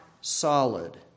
solid